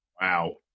Wow